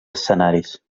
escenaris